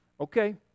Okay